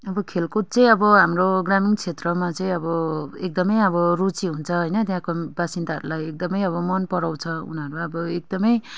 अब खेलकुद चाहिँ अब हाम्रो ग्रामीण क्षेत्रमा चाहिँ अब एकदमै अब रुचि हुन्छ होइन त्यहाँको बासिन्दाहरूलाई एकदमै अब मन पराउँछ उनीहरू अब एकदमै